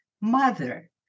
mother